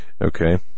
Okay